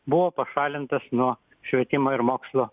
buvo pašalintas nuo švietimo ir mokslo